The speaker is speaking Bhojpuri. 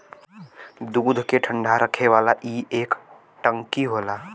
दूध के ठंडा रखे वाला ई एक टंकी होला